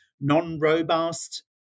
non-robust